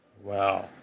Wow